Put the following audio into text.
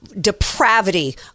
depravity